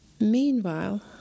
Meanwhile